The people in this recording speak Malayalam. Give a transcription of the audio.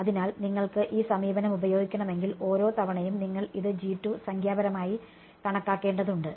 അതിനാൽ നിങ്ങൾക്ക് ഈ സമീപനം ഉപയോഗിക്കണമെങ്കിൽ ഓരോ തവണയും നിങ്ങൾ ഇത് സംഖ്യാപരമായി കണക്കാക്കേണ്ടതുണ്ട്